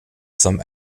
some